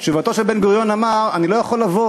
תשובתו של בן-גוריון הייתה: אני לא יכול לבוא.